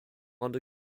under